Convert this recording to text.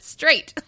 Straight